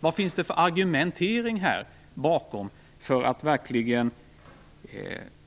Vad finns det för argument